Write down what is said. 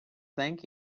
thank